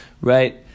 Right